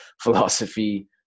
philosophy